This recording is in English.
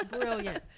brilliant